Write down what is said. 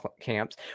camps